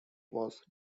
was